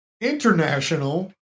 international